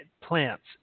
plants